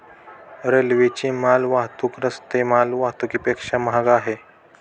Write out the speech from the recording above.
रेल्वेची माल वाहतूक रस्ते माल वाहतुकीपेक्षा महाग आहे